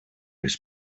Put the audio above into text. his